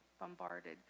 bombarded